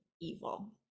evil